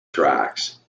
tracks